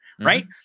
right